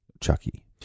Chucky